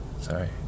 Sorry